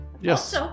Yes